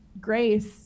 grace